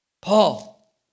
Paul